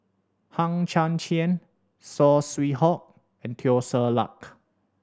Hang Chang Chieh Saw Swee Hock and Teo Ser Luck